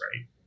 Right